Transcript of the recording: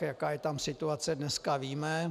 Jaká je tam situace dneska, víme.